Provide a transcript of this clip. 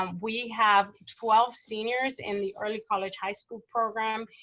um we have twelve seniors in the early college high school program,